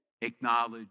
Acknowledge